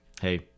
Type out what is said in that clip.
hey